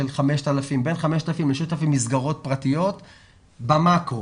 בין 5,000 ל-6,000 מסגרות פרטיות במקרו.